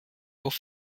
auf